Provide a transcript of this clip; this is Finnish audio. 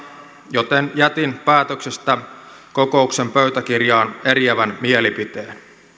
joten jätin päätöksestä kokouksen pöytäkirjaan eriävän mielipiteen